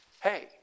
Hey